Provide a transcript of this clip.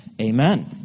Amen